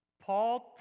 Paul